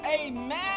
amen